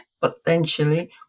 potentially